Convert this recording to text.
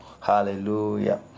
Hallelujah